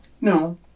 No